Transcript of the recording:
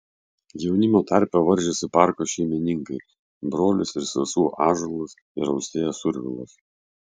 jaunimo tarpe varžėsi parko šeimininkai brolis ir sesuo ąžuolas ir austėja survilos